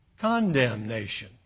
condemnation